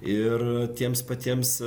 ir tiems patiems